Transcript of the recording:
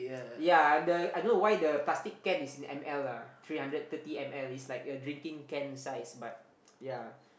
ya the I don't know why the plastic can is in m_l lah three hundred thirty m_l is like a drinking can size but ya